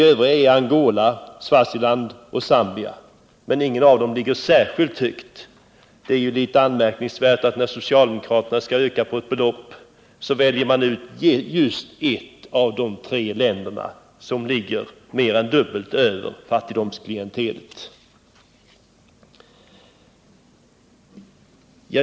De övriga tre är Angola, Swaziland och Zambia. Inget av dessa länder ligger särskilt högt i fråga om medelinkomst. Det är anmärkningsvärt att när socialdemokraterna vill höja biståndsbeloppet till ett land väljer man ut just ett av de länder som ligger mer än dubbelt över fattigdomskriteriet.